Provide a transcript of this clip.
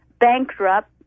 bankrupt